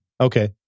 Okay